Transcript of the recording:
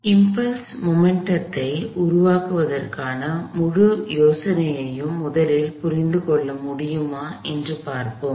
எனவே இம்பல்ஸ் மொமெண்ட்டத்தை உருவாக்குவதற்கான முழு யோசனையையும் முதலில் புரிந்து கொள்ள முடியுமா என்று பார்ப்போம்